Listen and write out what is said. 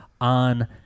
on